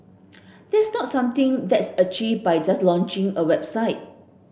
that's not something that's achieved by just launching a website